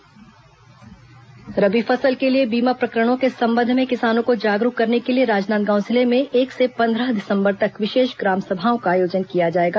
विशेष ग्राम सभा रबी फसल के लिए बीमा प्रकरणों के संबंध में किसानों को जागरूक करने के लिए राजनांदगांव जिले में एक से पंद्रह दिसंबर तक विशेष ग्राम सभाओं का आयोजन किया जाएगा